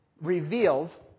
reveals